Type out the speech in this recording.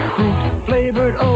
Fruit-flavored